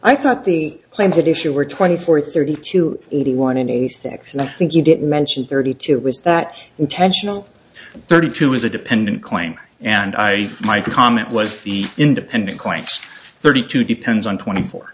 i thought the claims it issue were twenty four thirty two eighty one and eighty six and i think you didn't mention thirty two it was that intentional thirty two was a dependent claim and i my comment was the independent clanks thirty two depends on twenty four